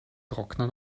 trockner